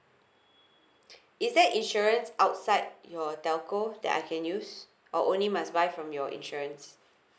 is there insurance outside your telco that I can use or only must buy from your insurance